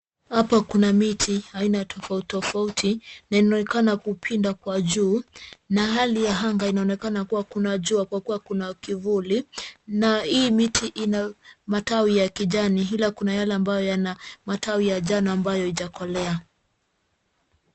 Hapa kuna miti aina tofauti tofauti na ilionekana kupinda kwa juu. Na hali ya hanga inaonekana kuwa kuna jua kwa kuwa kuna kivuli. Na hii miti ina matawi ya kijani ila kuna yale ambayo yana matawi ya jana ambayo haijakolea.